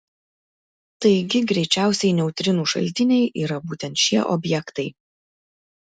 taigi greičiausiai neutrinų šaltiniai yra būtent šie objektai